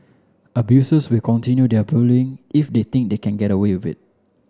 abusers will continue their bullying if they think they can get away of it